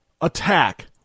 attack